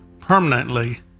permanently